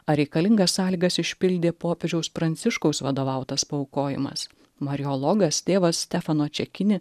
ar reikalingas sąlygas išpildė popiežiaus pranciškaus vadovautas paaukojimas marijologas tėvas stefano čekini